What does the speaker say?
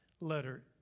letter